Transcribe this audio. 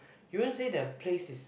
you won't say the place is